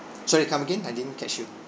sorry come again I didn't catch you